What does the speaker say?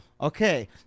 Okay